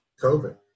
COVID